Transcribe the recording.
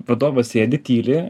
vadovas sėdi tyli